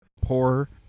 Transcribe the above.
poor